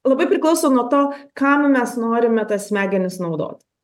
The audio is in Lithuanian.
labai priklauso nuo to kam mes norime tas smegenis naudot